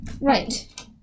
Right